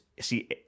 see